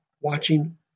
watching